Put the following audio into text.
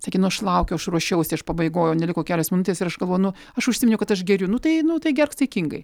sakė nu aš laukiau aš ruošiausi aš pabaigoj jau neliko kelios minutės ir aš galvoju nu aš užsiminiau kad aš geriu nu tai nu tai gerk saikingai